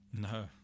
No